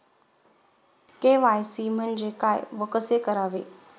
KYC म्हणजे काय व कसे करावे?